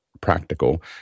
practical